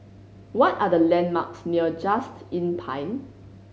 what are the landmarks near Just Inn Pine